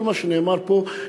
כל מה שנאמר פה,